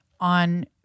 on